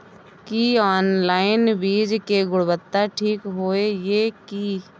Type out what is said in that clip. की online बीज के गुणवत्ता ठीक होय ये की?